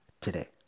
today